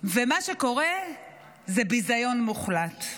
ומה שקורה זה ביזיון מוחלט.